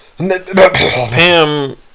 Pam